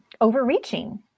overreaching